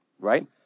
Right